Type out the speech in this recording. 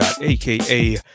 aka